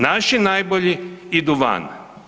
Naši najbolji idu van.